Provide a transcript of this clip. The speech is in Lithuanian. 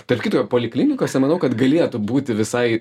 tarp kitko poliklinikose manau kad galėtų būti visai